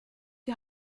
die